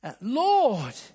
Lord